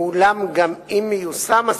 ואולם, גם אם הסעיף מיושם,